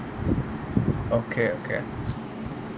okay okay